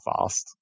fast